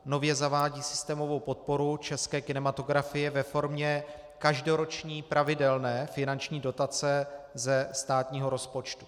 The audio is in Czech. Nově zavádí systémovou podporu české kinematografie ve formě každoroční pravidelné finanční dotace ze státního rozpočtu.